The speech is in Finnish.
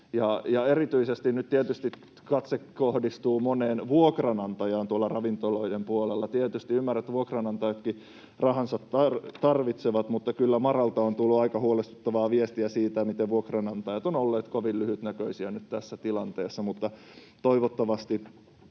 erityisesti nyt katse kohdistuu moneen vuokranantajaan tuolla ravintoloiden puolella. Tietysti ymmärrän, että vuokranantajatkin rahansa tarvitsevat, mutta kyllä MaRalta on tullut aika huolestuttavaa viestiä siitä, miten vuokranantajat ovat olleet kovin lyhytnäköisiä nyt tässä tilanteessa. Toivottavasti